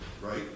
right